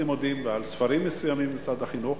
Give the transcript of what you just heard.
לימודים ועל ספרים מסוימים במשרד החינוך,